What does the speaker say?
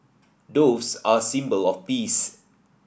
doves are symbol of peace